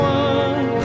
one